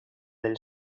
del